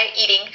eating